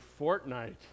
Fortnite